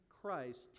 Christ